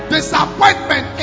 Disappointment